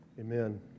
Amen